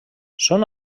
són